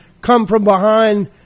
come-from-behind